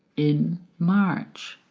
in march,